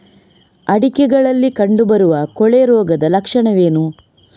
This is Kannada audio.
ಅಡಿಕೆಗಳಲ್ಲಿ ಕಂಡುಬರುವ ಕೊಳೆ ರೋಗದ ಲಕ್ಷಣವೇನು?